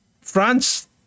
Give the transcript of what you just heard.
France